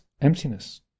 emptiness